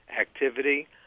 activity